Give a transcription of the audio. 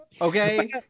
Okay